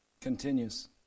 continues